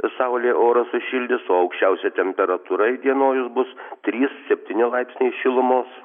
saulė orą sušildys o aukščiausia temperatūra įdienojus bus trys septyni laipsniai šilumos